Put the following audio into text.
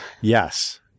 Yes